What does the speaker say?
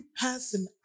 person